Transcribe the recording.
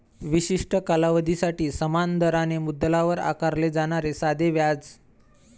विशिष्ट कालावधीसाठी समान दराने मुद्दलावर आकारले जाणारे साधे व्याज